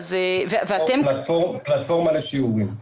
הוא פלטפורמה לשיעורים.